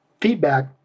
feedback